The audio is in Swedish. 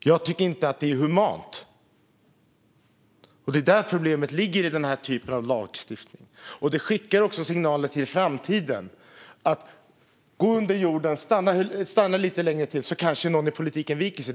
Jag tycker inte att det är humant. Det är där problemet ligger i den här typen av lagstiftning. Det skickar också signaler till framtiden: Gå under jorden, och stanna lite längre till så kanske någon i politiken viker sig!